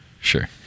Sure